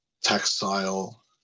textile